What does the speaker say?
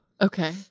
Okay